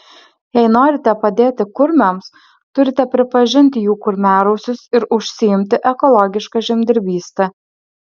jei norite padėti kurmiams turite pripažinti jų kurmiarausius ir užsiimti ekologiška žemdirbyste